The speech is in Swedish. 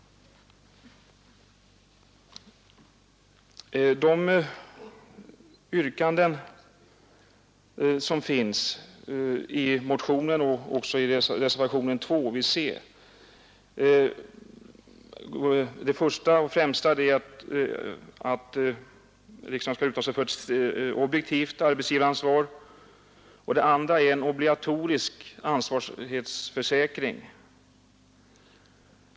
Det första av de yrkanden som finns i motionen och även i reservationen 2 vid C i utskottets hemställan är att riksdagen skall uttala sig för ett objektivt arbetsgivaransvar. Det andra avser en obligatorisk ansvarighetsförsäkring.